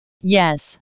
Yes